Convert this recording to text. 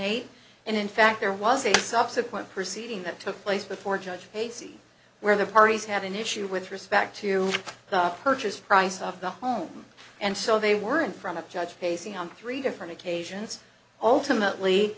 eight and in fact there was a subsequent proceeding that took place before judge casey where the parties had an issue with respect to the purchase price of the home and so they were in front of judge pacing on three different occasions ultimately